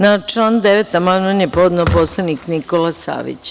Na član 9. amandman je podne narodni poslanik Nikola Savić.